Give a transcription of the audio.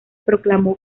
proclamó